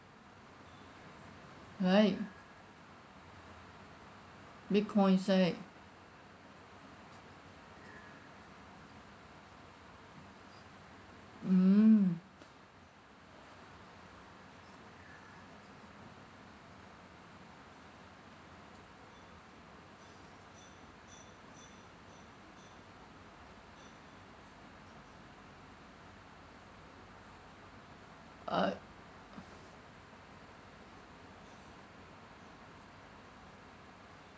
right Bitcoins right mm uh